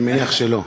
אני מניח שלא.